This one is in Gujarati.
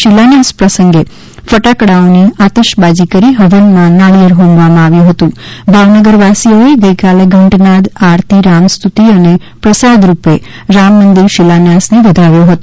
શીલાન્યાસ પસંગે ફટાકડાઓની આતશબાજિ કરી હવન માં નાળિયેર હોમવામાં આવ્યું હતુ ભાવનગર વાસીઓએ ગઈકાલે ઘંટનાદ આરતી રામસ્તુતિ અને પ્રસાદરૂપે રામમદિંર શિલાન્યાસને વધાવ્યો હતો